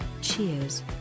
Cheers